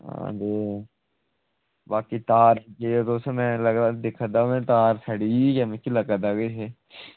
आं ते बाकी में दिक्खा दा हा ते मिगी लगदा तार सड़ी गेदी ऐ किश